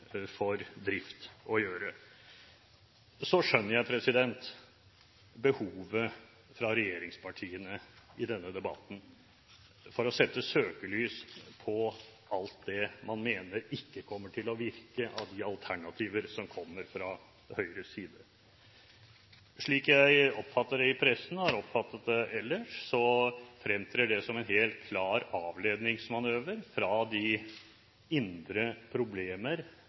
for drift å gjøre. Jeg skjønner regjeringspartienes behov i denne debatten for å sette søkelys på alt det man mener ikke kommer til å virke av de alternativer som kommer fra Høyres side. Slik jeg oppfatter det i pressen og ellers, fremtrer det som en helt klar avledningsmanøver fra de indre problemer